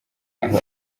aho